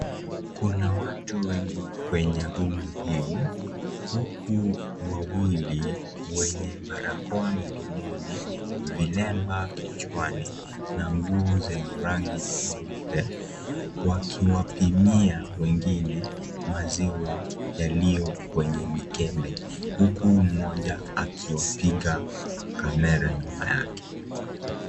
Kuna watu wengi kwenye rundu hii, huku wawili wenye barakoa mdomoni, vilemba kichwani na nguo zenye rangi nyeupe wakiwapimia wengine maziwa yaliyo kwenye mkebe huku mmoja akiwapiga kamera nyuma yake.